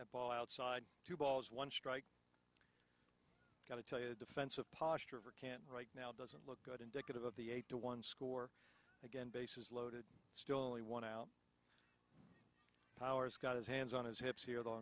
at ball outside two balls one strike i gotta tell you a defensive posture of a can right now doesn't look that indicative of the eight to one score again bases loaded still only one out powers got his hands on his hips here the